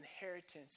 inheritance